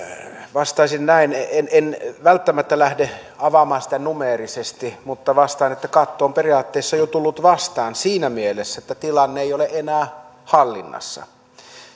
vastaisin näin en en välttämättä lähde avaamaan sitä numeerisesti mutta vastaan että katto on periaatteessa jo tullut vastaan siinä mielessä että tilanne ei ole enää hallinnassa